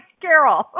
Carol